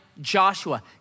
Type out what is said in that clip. Joshua